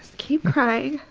keep crying.